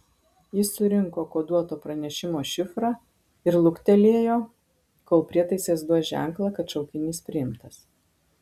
jis surinko koduoto pranešimo šifrą ir luktelėjo kol prietaisas duos ženklą kad šaukinys priimtas